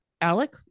Alec